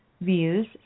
views